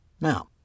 Now